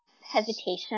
hesitation